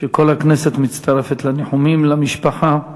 שכל הכנסת מצטרפת לניחומים למשפחה.